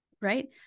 right